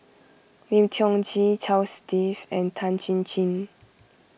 Lim Tiong Ghee Charles Dyce and Tan Chin Chin